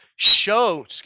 show